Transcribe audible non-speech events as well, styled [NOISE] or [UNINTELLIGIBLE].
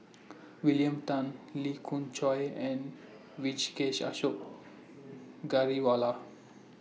William Tan Lee Khoon Choy and [UNINTELLIGIBLE] Ashok Ghariwala